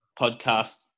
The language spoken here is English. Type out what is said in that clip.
podcast